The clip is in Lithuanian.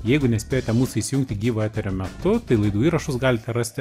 jeigu nespėjote mūsų įsijungti gyvo eterio metu tai laidų įrašus galite rasti